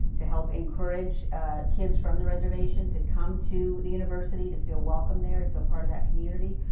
to help encourage kids from the reservation to come to the university, to feel welcome there, to feel part of that community.